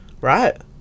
Right